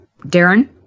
Darren